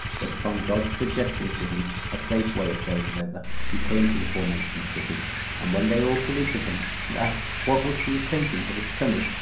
but upon god's suggesting to him a safe way of going thither, he came to the forementioned city and when they all saluted him, and asked what was the occasion of his coming,